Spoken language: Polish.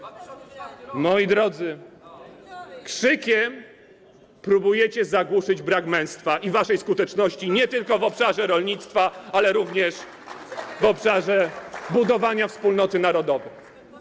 2004 r. Moi drodzy, krzykiem próbujecie zagłuszyć brak męstwa i waszej skuteczności nie tylko w obszarze rolnictwa, ale również w obszarze budowania wspólnoty narodowej.